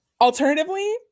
Alternatively